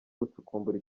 gucukumbura